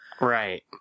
Right